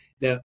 now